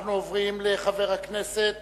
אנחנו עוברים לחבר הכנסת